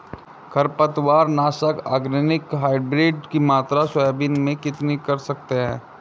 खरपतवार नाशक organic hybrid की मात्रा सोयाबीन में कितनी कर सकते हैं?